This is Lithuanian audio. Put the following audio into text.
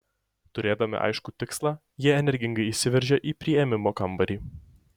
turėdami aiškų tikslą jie energingai įsiveržė į priėmimo kambarį